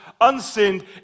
unsinned